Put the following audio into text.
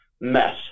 mess